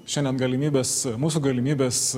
šiandien galimybės mūsų galimybės